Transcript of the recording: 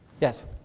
Yes